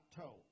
told